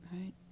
right